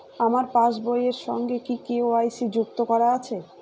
আমার পাসবই এর সঙ্গে কি কে.ওয়াই.সি যুক্ত করা আছে?